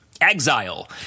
exile